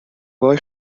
وای